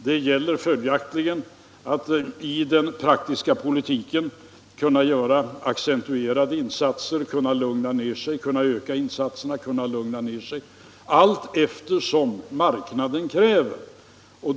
Det gäller följaktligen att i den praktiska politiken kunna göra varierande insatser, kunna lugna ner sig, kunna öka insatserna, kunna lugna ned sig — allteftersom marknaden kräver det.